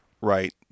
right